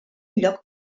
lloc